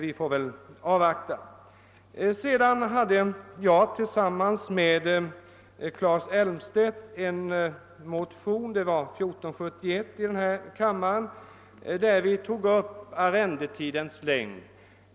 "Jag har tilisammans med Claes Elm 'stedt väckt en motion, nr 1471 i denna "kammare, där vi tagit upp frågan om arrendetidens längd.